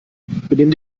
benimm